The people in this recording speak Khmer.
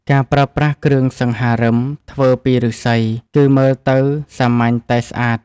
ការប្រើប្រាស់គ្រឿងសង្ហារឹមធ្វើពីឫស្សី គឺមើលទៅសាមញ្ញតែស្អាត។